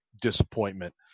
disappointment